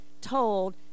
told